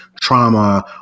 trauma